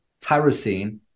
tyrosine